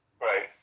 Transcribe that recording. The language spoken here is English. Right